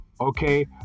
Okay